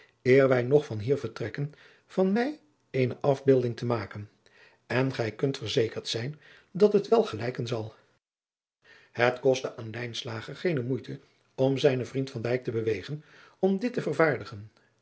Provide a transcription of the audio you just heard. wij nog van hier vertrekken van mij eene afbeelding te maken en gij kunt verzekerd zijn dat het wel gelijken zal het kostte aan lijnslager geène moeite om zijnen vriend van dijk te bewegen om dit te vervaardigen